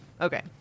Okay